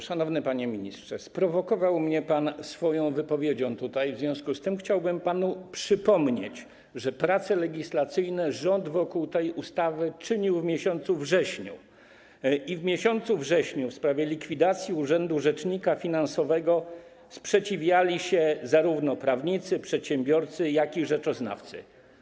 Szanowny panie ministrze, sprowokował mnie pan swoją wypowiedzią tutaj, w związku z tym chciałbym panu przypomnieć, że prace legislacyjne rząd wokół tej ustawy czynił w miesiącu wrześniu i w miesiącu wrześniu w sprawie likwidacji urzędu rzecznika finansowego sprzeciwiali się zarówno prawnicy, przedsiębiorcy, jak i rzeczoznawcy.